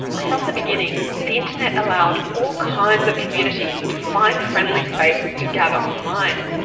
from the beginning, the internet allowed all kinds of communities to find friendly spaces to gather online,